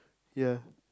ya